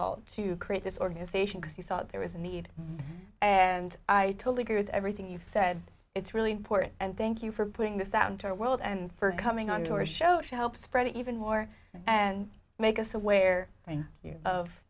all to create this organization because you saw there is a need and i totally agree with everything you've said it's really important and thank you for putting this out into our world and for coming on to our show she helps spread even more and make us aware